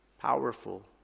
powerful